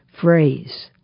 phrase